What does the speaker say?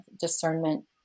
discernment